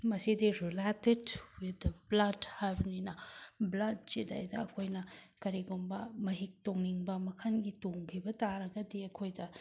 ꯃꯁꯤꯗꯤ related with the blood ꯍꯥꯏꯕꯅꯤꯅ ꯕ꯭ꯂꯠꯁꯤꯗꯒꯤꯁꯤꯗ ꯑꯩꯈꯣꯏꯅ ꯀꯔꯤꯒꯨꯝꯕ ꯃꯍꯤꯛ ꯇꯣꯡꯅꯤꯡꯕ ꯃꯈꯜꯒꯤ ꯇꯣꯡꯈꯤꯕ ꯇꯥꯔꯒꯗꯤ ꯑꯩꯈꯣꯏꯗ